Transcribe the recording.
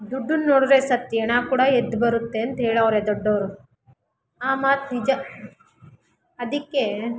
ದುಡ್ಡನ್ನ ನೋಡಿದ್ರೆ ಸತ್ತ ಹೆಣ ಕೂಡ ಎದ್ದು ಬರುತ್ತೆ ಅಂಥೇಳವ್ರೆ ದೊಡ್ಡವರು ಆ ಮಾತು ನಿಜ ಅದಕ್ಕೆ